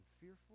fearful